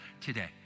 today